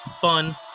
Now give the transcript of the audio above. fun